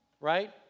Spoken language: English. right